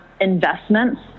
investments